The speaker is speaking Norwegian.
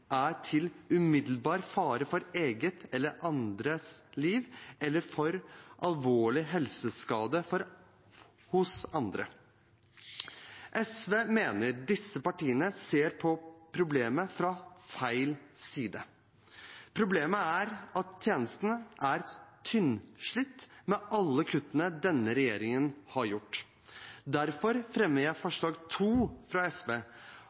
er til umiddelbar fare for eget eller andres liv, eller for alvorlig helseskade hos andre. SV mener disse partiene ser på problemet fra feil side. Problemet er at tjenesten er tynnslitt med alle kuttene denne regjeringen har gjort. Derfor fremmer jeg forslag nr. 2, fra SV,